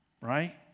Right